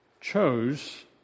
chose